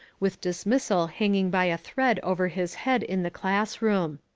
with dismissal hanging by a thread over his head in the class room.